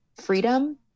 freedom